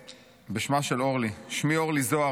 בשמה של אורלי: שמי אורלי זוהר,